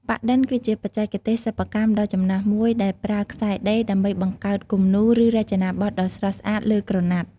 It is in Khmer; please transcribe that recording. ប៉ាក់-ឌិន គឺជាបច្ចេកទេសសិប្បកម្មដ៏ចំណាស់មួយដែលប្រើខ្សែដេរ ដើម្បីបង្កើតគំនូរ ឬរចនាបថដ៏ស្រស់ស្អាតលើក្រណាត់។